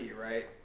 right